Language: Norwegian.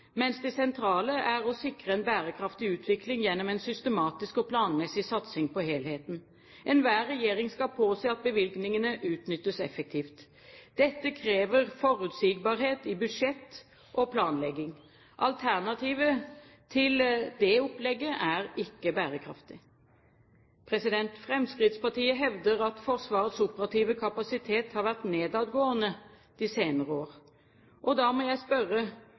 mens det sentrale er å sikre en bærekraftig utvikling gjennom en systematisk og planmessig satsing på helheten. Enhver regjering skal påse at bevilgningene utnyttes effektivt. Dette krever forutsigbarhet i budsjett og planlegging. Alternativet til det opplegget er ikke bærekraftig. Fremskrittspartiet hevder at Forsvarets operative kapasitet har vært nedadgående de senere år. Da må jeg spørre: